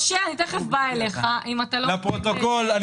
לפרוטוקול.